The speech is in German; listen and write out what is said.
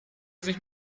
sich